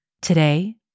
Today